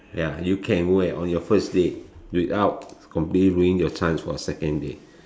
ya you can wear on your first date without completely ruin your chance for a second date